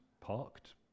parked